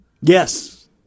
Yes